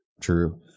true